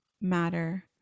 matter